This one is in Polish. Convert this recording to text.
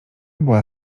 była